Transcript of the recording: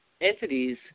entities